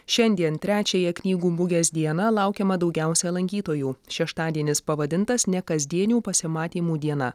šiandien trečiąją knygų mugės dieną laukiama daugiausia lankytojų šeštadienis pavadintas nekasdienių pasimatymų diena